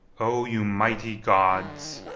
o you mighty gods!